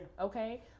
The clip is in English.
Okay